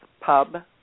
pub